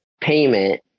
payment